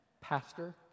Pastor